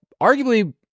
arguably